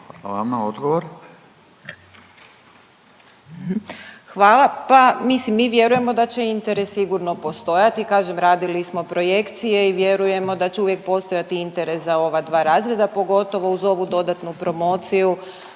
Lugarić, Tereza** Hvala, pa mislim mi vjerujemo da će interes sigurno postojati. Kažem radili smo projekcije i vjerujemo da će uvijek postojati interes za ova dva razreda pogotovo uz ovu dodatnu promociju